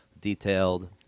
detailed